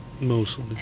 Mostly